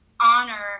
honor